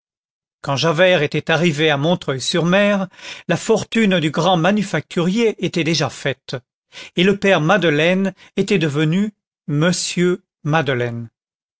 quand javert était arrivé à montreuil sur mer la fortune du grand manufacturier était déjà faite et le père madeleine était devenu monsieur madeleine